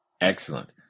Excellent